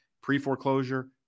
pre-foreclosure